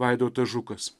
vaidotas žukas